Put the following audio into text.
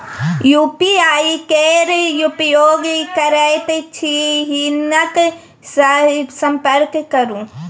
UPI केर उपयोग करैत छी हिनका सँ संपर्क करु